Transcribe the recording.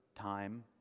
time